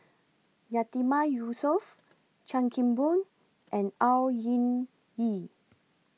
Yatiman Yusof Chan Kim Boon and Au Hing Yee